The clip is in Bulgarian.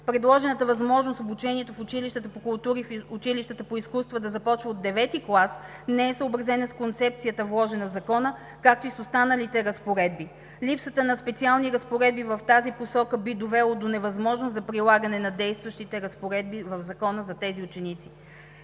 Предложената възможност обучението в училищата по култура и в училищата по изкуства да започва от IX клас не е съобразена с концепцията, вложена в Закона, както и с останалите разпоредби. Липсата на специални разпоредби в тази посока би довело до невъзможност за прилагане на действащите разпоредби в Закона за тези ученици.